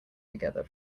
together